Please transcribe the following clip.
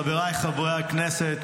חבריי חברי הכנסת,